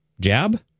jab